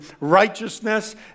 righteousness